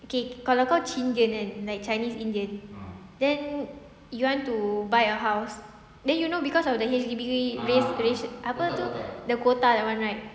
okay kalau kau chindian kan like chinese indian then you want to buy a house then you know cause of the H_D_B race racial apa tu the quota that one right